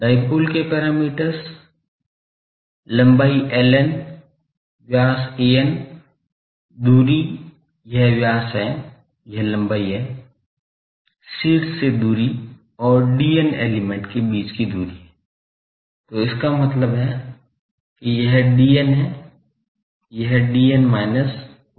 dipole के parameters लंबाई ln व्यास an दूरी यह व्यास है यह लंबाई है शीर्ष से दूरी और dn एलिमेंट के बीच की दूरी है तो इसका मतलब है कि यह dn है यह dn minus 1 आदि है